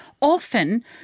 Often